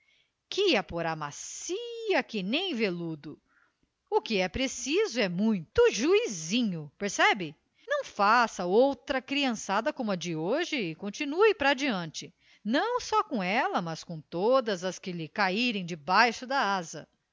que a porá macia que nem veludo o que é preciso é muito juizinho percebe não faça outra criançada como a de hoje e continue para diante não só com ela mas com todas as que lhe caírem debaixo da asa